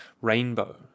Rainbow